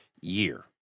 year